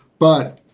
but,